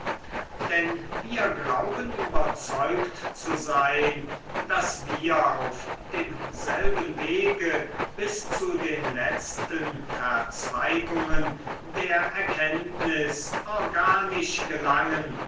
denn wir glauben überzeugt zu sein daß wir auf demselben wege bis zu den letzten verzweigungen der erkenntnis organisch gelangen